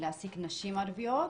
להעסיק נשים ערביות,